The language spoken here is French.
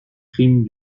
crime